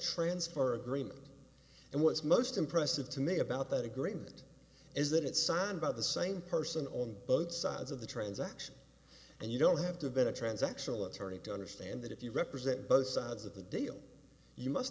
transfer agreement and what's most impressive to me about that agreement is that it's signed by the same person on both sides of the transaction and you don't have to build a transactional attorney to understand that if you represent both sides of the deal you must